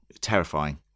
Terrifying